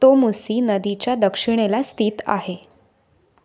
तो मुसी नदीच्या दक्षिणेला स्थित आहे